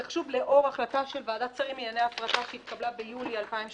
זה חשוב לאור ההחלטה של ועדת שרים לענייני הפרטה שהתקבלה ביולי 2018